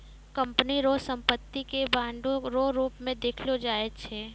company रो संपत्ति के बांडो रो रूप मे देखलो जाय छै